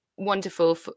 wonderful